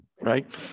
Right